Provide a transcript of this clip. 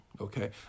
okay